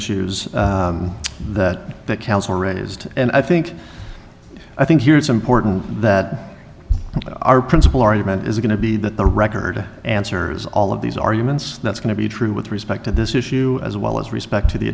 issues that that council raised and i think i think here it's important that our principal argument is going to be that the record answers all of these arguments that's going to be true with respect to this issue as well as respect to the